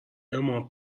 اما